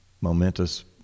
momentous